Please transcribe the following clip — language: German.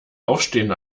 aufstehen